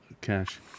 Cash